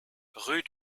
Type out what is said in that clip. rue